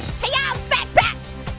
heyo fat paps.